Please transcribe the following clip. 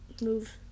move